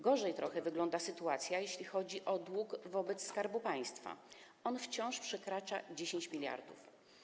Gorzej trochę wygląda sytuacja, jeśli chodzi o dług wobec Skarbu Państwa, który wciąż przekracza 10 mld.